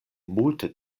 multe